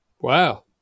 Wow